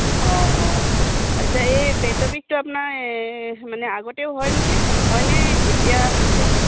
অঁ অঁ আচ্ছা এই পেটৰ বিষটো আপোনাৰ মানে আগতেও হয় নেকি হয়নে এতিয়া হৈছে